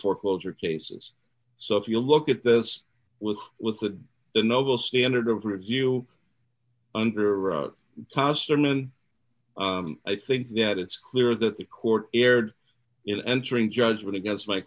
foreclosure cases so if you look at this with with the noble standard of review under house or noon i think that it's clear that the court erred in entering judgment against my